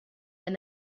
and